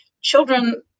children